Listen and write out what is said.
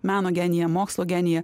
meno geniją mokslo geniją